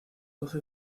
doce